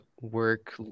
work